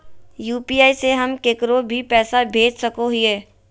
UPI से हम केकरो भी पैसा भेज सको हियै?